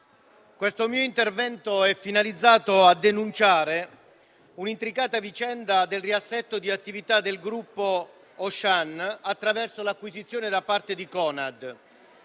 questo mio intervento è finalizzato a denunciare un'intricata vicenda relativa al riassetto delle attività del gruppo Auchan attraverso l'acquisizione da parte di Conad.